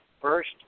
first